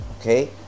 Okay